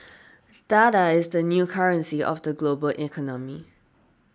data is the new currency of the global economy